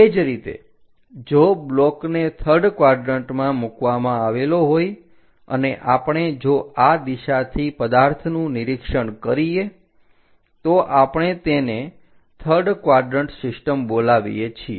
તે જ રીતે જો બ્લોકને થર્ડ ક્વાડરન્ટમાં મૂકવામાં આવેલો હોય અને આપણે જો આ દિશાથી પદાર્થનું નિરીક્ષણ કરીએ તો આપણે તેને થર્ડ ક્વાડરન્ટ સિસ્ટમ બોલાવીએ છીએ